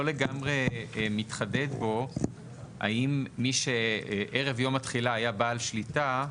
לא לגמרי מתחדד פה האם מי שערב יום התחילה היה בעל שליטה,